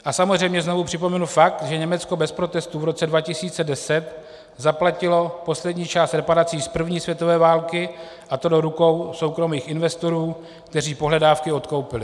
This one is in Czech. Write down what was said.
A samozřejmě znovu připomenu fakt, že Německo bez protestů v roce 2010 zaplatilo poslední část reparací z první světové války, a to do rukou soukromých investorů, kteří pohledávky odkoupili.